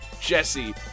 Jesse